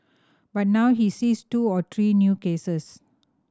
but now he sees two or three new cases